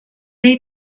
may